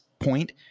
point